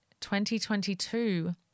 2022